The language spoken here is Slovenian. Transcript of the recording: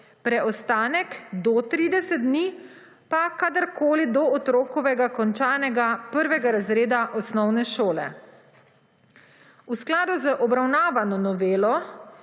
preostanek do 30 dni pa kadarkoli do otrokovega končanega prvega razreda osnovne šole. V skladu z obravnavano novelo